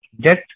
death